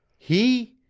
he?